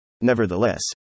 Nevertheless